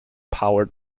powered